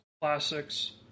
Classics